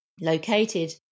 located